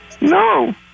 No